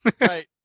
Right